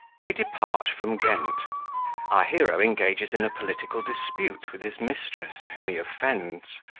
they depart from ghent our hero engages in a political dispute with his mistress, whom he offends,